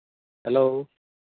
hello